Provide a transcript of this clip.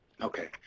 Okay